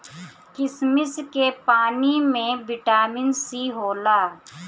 किशमिश के पानी में बिटामिन सी होला